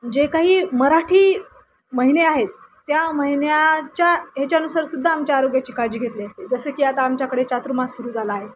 जे काही मराठी महिने आहेत त्या महिन्याच्या ह्याच्यानुसार सुद्धा आमच्या आरोग्याची काळजी घेतली असते जसं की आता आमच्याकडे चातुर्मास सुरू झाला आहे